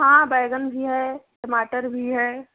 हाँ बैंगन भी है टमाटर भी है